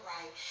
Right